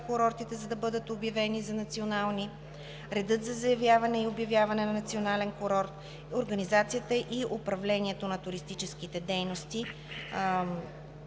курортите, за да бъдат обявени за национални, редът за заявяване и обявяване на национален курорт, организацията и управлението на туристическите дейности